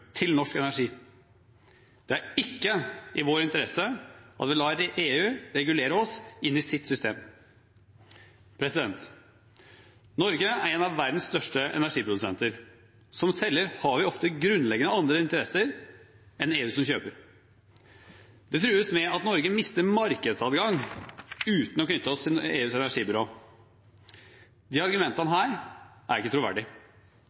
til norsk energi. Det er ikke i vår interesse at vi lar EU regulere oss inn i sitt system. Norge er en av verdens største energiprodusenter. Som selger har vi ofte grunnleggende andre interesser enn EU som kjøper. Det trues med at Norge mister markedsadgang uten tilknytning til EUs energibyrå. De argumentene er ikke